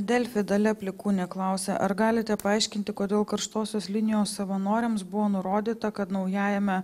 delfi dalia plikūnė klausė ar galite paaiškinti kodėl karštosios linijos savanoriams buvo nurodyta kad naujajame